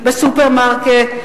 בסופרמרקט.